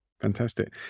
Fantastic